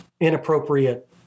inappropriate